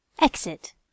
exit